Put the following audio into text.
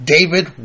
David